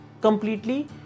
completely